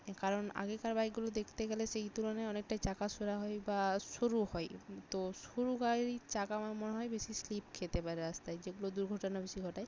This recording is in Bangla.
এ কারণ আগেকার বাইকগুলো দেখতে গেলে সেই তুলনায় অনেকটাই চাকা সোরা হয় বা সরু হয় তো সরু গাড়ির চাকা আমার মনে হয় বেশি স্লিপ খেতে পারে রাস্তায় যেগুলো দুর্ঘটনা বেশি ঘটায়